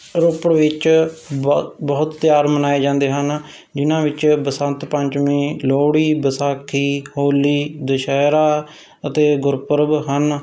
ਰੋਪੜ ਵਿੱਚ ਬਹੁਤ ਬਹੁਤ ਤਿਉਹਾਰ ਮਨਾਏ ਜਾਂਦੇ ਹਨ ਜਿਨ੍ਹਾਂ ਵਿੱਚ ਬਸੰਤ ਪੰਚਮੀ ਲੋਹੜੀ ਵਿਸਾਖੀ ਹੋਲੀ ਦੁਸਹਿਰਾ ਅਤੇ ਗੁਰਪੁਰਬ ਹਨ